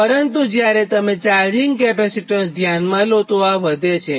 પરંતુજ્યારે તમે charging capacitor ધ્યાનમાં લોતેથી આ વધે છે